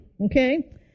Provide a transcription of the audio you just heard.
Okay